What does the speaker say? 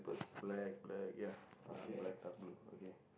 black black ya um black dark blue okay